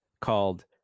called